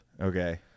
okay